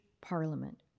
Parliament